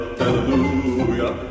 hallelujah